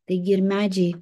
taigi ir medžiai